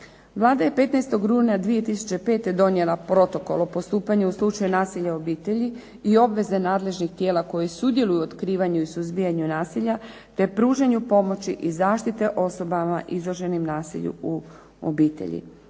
Vlada je 15. rujna 2005. donijela protokol o postupanju u slučaju nasilja u obitelji i obveze nadležnih tijela koje sudjeluju u otkrivanju i suzbijanju nasilja te pružanju pomoći i zaštite osobama izloženom nasilju u obitelji.